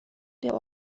der